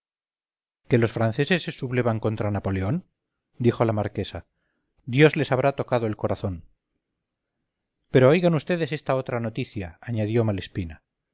que los franceses se sublevan contra napoleón dijo la marquesa dios les habrá tocado el corazón pero oigan vds estotra noticia añadió